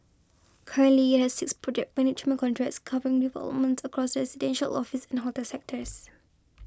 currently it has six project management contracts covering developments across residential office and hotel sectors